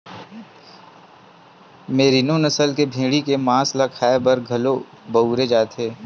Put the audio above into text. मेरिनों नसल के भेड़ी के मांस ल खाए बर घलो बउरे जाथे